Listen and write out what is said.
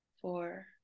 four